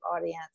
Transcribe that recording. audience